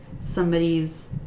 somebody's